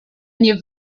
nie